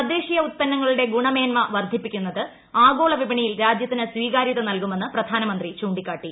തദ്ദേശീയ ഉത്പന്നങ്ങളുടെ ഗുണമേൻമ വർധിപ്പിക്കുന്നത് ആഗോളവിപണിയിൽ രാജ്യത്തിന് സ്വീകാര്യത നൽകുമെന്ന് പ്രധാനമന്ത്രി ചൂണ്ടിക്കാട്ടി